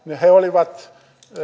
he olivat